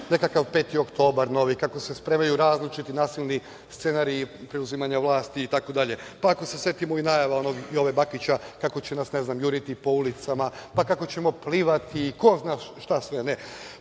nekakav 5. oktobar novi, kako se spremaju različiti nasilni scenariji preuzimanja vlasti, itd. pa ako se setimo i najava onog Jove Bakića kako će nas juriti po ulicama, pa kako ćemo plivati i ko zna šta sve ne.